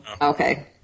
Okay